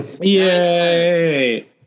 Yay